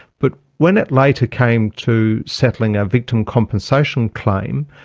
but when it later came to settling a victim compensation claim,